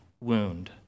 wound